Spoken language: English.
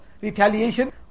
retaliation